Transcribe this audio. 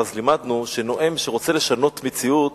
לימדנו שנואם שרוצה לשנות מציאות